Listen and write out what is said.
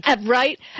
right